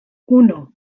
uno